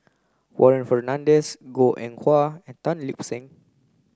Warren Fernandez Goh Eng Wah and Tan Lip Seng